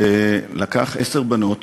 שלקח עשר בנות